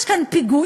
יש כאן פיגועים,